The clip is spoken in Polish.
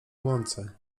łące